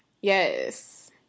Yes